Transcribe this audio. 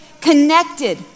connected